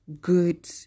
good